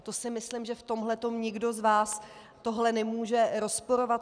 To si myslím, že v tomhletom nikdo z vás tohle nemůže rozporovat.